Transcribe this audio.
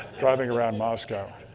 driving around moscow.